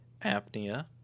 apnea